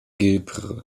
gebr